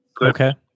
Okay